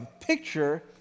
picture